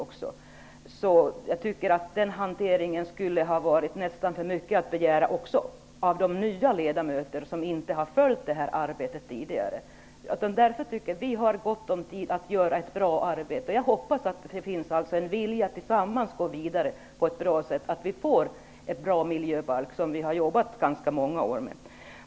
Det tycker jag nästan skulle ha varit för mycket att begära av de nya ledamöter som inte har följt det här arbetet tidigare. Vi har gott om tid att göra ett bra arbete. Jag hoppas att det finns en vilja att tillsammans gå vidare på ett bra sätt, så att vi får en bra miljöbalk, som vi har jobbat ganska många år med.